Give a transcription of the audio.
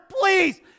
please